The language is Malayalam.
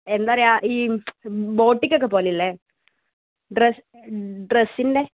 എന്താ പറയുക ഈ ബോട്ടിക്ക് ഒക്കെ പോലെയില്ലേ ഡ്രസ്സ് ഡ്രെസ്സിൻ്റെ